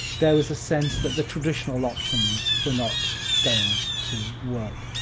there was a sense that the traditional options were not going to work,